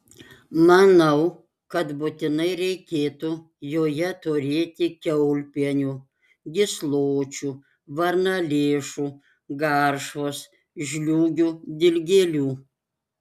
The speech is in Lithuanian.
manau kad būtinai reikėtų joje turėti kiaulpienių gysločių varnalėšų garšvos žliūgių dilgėlių